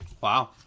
Wow